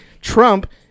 Trump